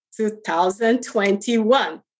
2021